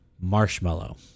Marshmallow